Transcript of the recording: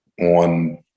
on